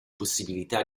possibilità